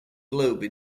globe